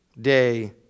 day